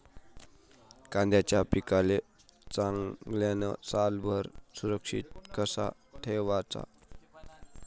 कांद्याच्या पिकाले चांगल्यानं सालभर सुरक्षित कस ठेवाचं?